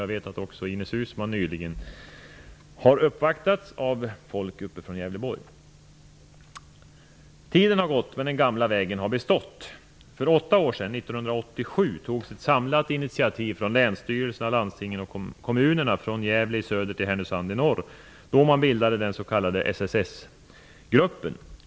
Jag vet att också Ines Uusmann nyligen har uppvaktats av folk från Tiden har gått, men den gamla vägen har bestått. För åtta år sedan, 1987, togs ett samlat initiativ från länsstyrelserna, landstingen och kommunerna från Gävle i söder till Härnösand i norr, då man bildade den s.k. SSS-gruppen.